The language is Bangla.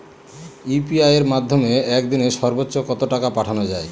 ইউ.পি.আই এর মাধ্যমে এক দিনে সর্বচ্চ কত টাকা পাঠানো যায়?